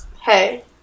Hey